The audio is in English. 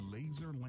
Laser